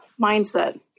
mindset